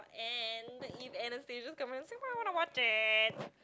and if Anastasia's coming to Singapore I wanna watch it